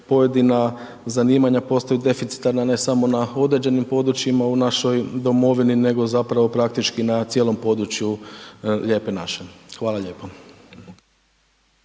pojedina zanimanja postaju deficitarna ne samo na određenim područjima u našoj domovini, nego zapravo praktički na cijelom području lijepe naše. Hvala lijepo.